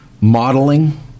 modeling